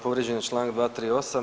Povrijeđen je članak 238.